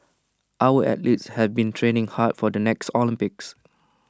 our athletes have been training hard for the next Olympics